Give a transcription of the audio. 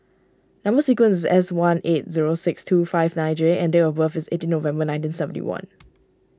Number Sequence is S one eight zero six two five nine J and date of birth is eighteen November nineteen seventy one